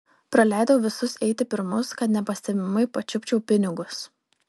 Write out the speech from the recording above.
praleidau visus eiti pirmus kad nepastebimai pačiupčiau pinigus